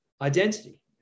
identity